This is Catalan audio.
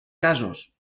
casos